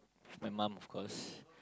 my mom of course